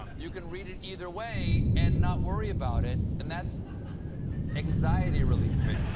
you can read it either way and not worry about it and that's anxiety-relieving.